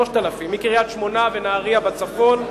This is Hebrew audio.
3,000. מקריית-שמונה ונהרייה בצפון,